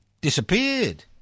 disappeared